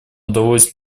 удалось